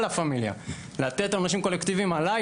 לתת עונשים קולקטיביים עליי,